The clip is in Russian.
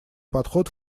подход